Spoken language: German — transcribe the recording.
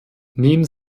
nehmen